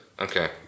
Okay